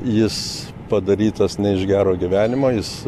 jis padarytas ne iš gero gyvenimo jis